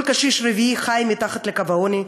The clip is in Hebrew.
כל קשיש רביעי חי מתחת לקו העוני,